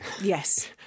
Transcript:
Yes